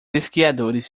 esquiadores